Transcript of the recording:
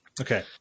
Okay